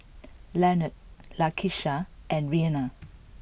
Lionel Lakisha and Reina